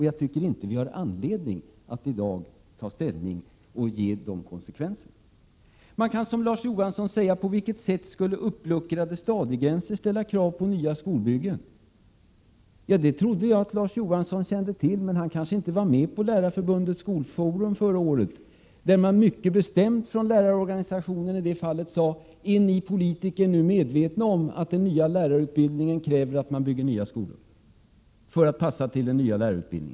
Jag tycker inte att vi har anledning att i dag inta en ståndpunkt som ger dessa konsekvenser. Larz Johansson frågar: Av vilken anledning skulle uppluckrade stadiegränser ställa krav på nya skolbyggen? Det trodde jag att Larz Johansson kände till, men han kanske inte var med på Lärarförbundets Skolforum förra året, där man från lärarorganisationerna var mycket bestämd och frågade: Är ni politiker nu medvetna om att den nya lärarutbildningen kräver att vi bygger nya skolor?